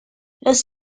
los